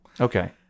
Okay